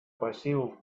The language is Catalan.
pecíol